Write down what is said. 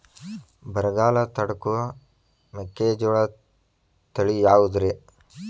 ಬರಗಾಲ ತಡಕೋ ಮೆಕ್ಕಿಜೋಳ ತಳಿಯಾವುದ್ರೇ?